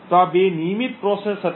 તેથી આ બે નિયમિત પ્રક્રિયાઓ હતી